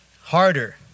harder